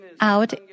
out